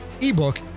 ebook